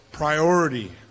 Priority